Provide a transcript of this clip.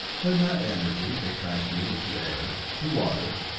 then that energy they transmuted to air, to water,